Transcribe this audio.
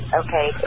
okay